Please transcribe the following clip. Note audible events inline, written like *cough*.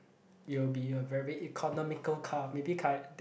it'll be a very economical car maybe *noise*